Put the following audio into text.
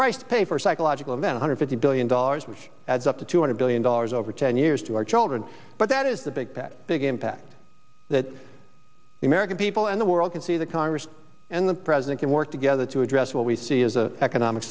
price to pay for psychological event hundred fifty billion dollars which adds up to two hundred billion dollars over ten years to our children but that is the big bad big impact that the american people and the world can see the congress and the president can work together to address what we see is a economic